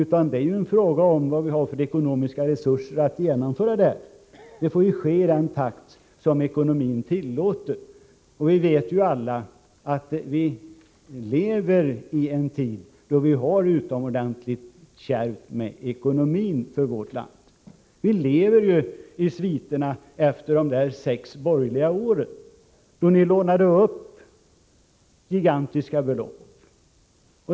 Det är en fråga om vilka ekonomiska resurser vi har att genomföra det. Det får ske i den takt som ekonomin tillåter. Vi vet ju alla att vi lever i en tid då vi i vårt land har det utomordentligt kärvt med ekonomin. Vi dras med sviterna av de sex borgerliga åren, då ni lånade upp gigantiska belopp.